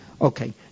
Okay